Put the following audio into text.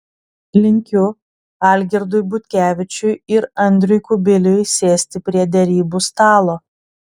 linkiu algirdui butkevičiui ir andriui kubiliui sėsti prie derybų stalo